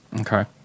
Okay